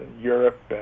Europe